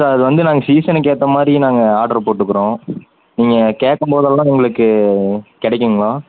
sir அது வந்து நாங்கள் சீசனுக்கு ஏற்ற மாதிரி நாங்கள் ஆர்டர் போட்டுக்கிறோம் நீங்கள் கேட்கும் போதெல்லாம் உங்களுக்கு கிடைக்குங்களா